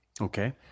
Okay